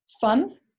fun